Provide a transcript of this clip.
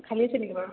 খালি আছে নেকি বাৰু